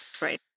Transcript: Right